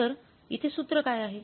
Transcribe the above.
तर इथे सूत्र काय आहे